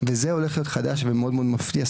וזה הולך להיות חדש ומאוד מאוד מפתיע,